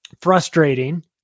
frustrating